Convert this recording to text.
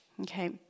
Okay